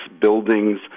buildings